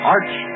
Arch